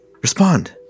Respond